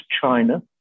China